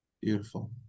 Beautiful